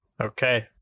Okay